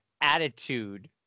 attitude